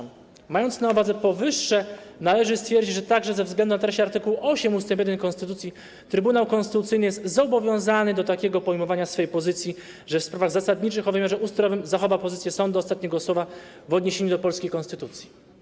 Mając na uwadze powyższe, należy stwierdzić, że także ze względu na treść art. 8 ust.1 konstytucji Trybunał Konstytucyjny jest zobowiązany do takiego pojmowania swojej pozycji, że w sprawach zasadniczych, o wymiarze ustrojowym, zachowa pozycję sądu ostatniego słowa w odniesieniu do polskiej konstytucji.